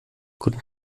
guten